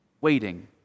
waiting